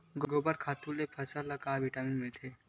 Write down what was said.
गोबर खातु ले फसल ल का विटामिन मिलथे का?